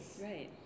right